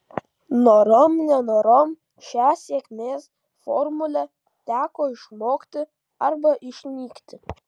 norom nenorom šią sėkmės formulę teko išmokti arba išnykti